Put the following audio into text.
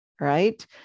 right